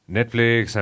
Netflix